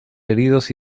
heridos